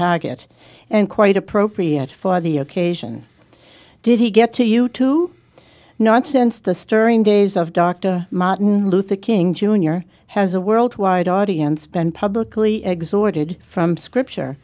target and quite appropriate for the occasion did he get to you to nonsense the stirring days of dr martin luther king jr has a worldwide audience been publicly exhorted from scripture